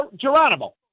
Geronimo